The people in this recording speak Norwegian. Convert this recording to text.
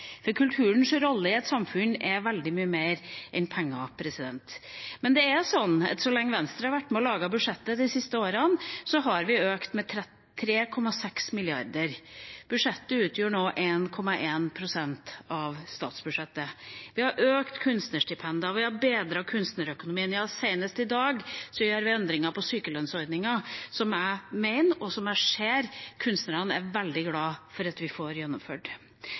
budsjettdebatt. Kulturens rolle i et samfunn er veldig mye mer enn penger. Men så lenge Venstre har vært med og lagd budsjettet de siste årene, har vi økt det med 3,6 mrd. kr. Budsjettet utgjør nå 1,1 pst. av statsbudsjettet. Vi har økt kunstnerstipendene, vi har bedret kunstnerøkonomien. Ja, senest i dag gjør vi endringer i sykelønnsordningen, som jeg ser at kunstnerne er veldig glad for at vi får gjennomført.